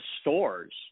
stores